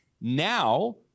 now